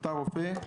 אתה רופא,